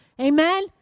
Amen